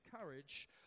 courage